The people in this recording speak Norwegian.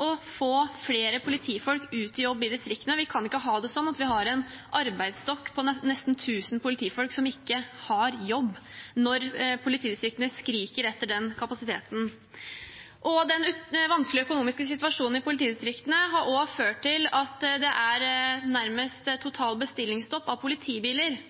å få flere politifolk ut i jobb i distriktene. Vi kan ikke ha det sånn at vi har en arbeidsstokk på nesten 1 000 politifolk som ikke har jobb, når politidistriktene skriker etter den kapasiteten. Den vanskelige økonomiske situasjonen i politidistriktene har også ført til at det er nærmest total bestillingsstopp av politibiler.